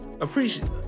appreciate